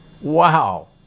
Wow